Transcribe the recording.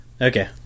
Okay